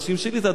זה אדם מריר.